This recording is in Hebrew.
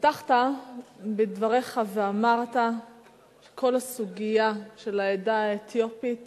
פתחת בדבריך ואמרת שכל הסוגיה של העדה האתיופית